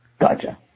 gotcha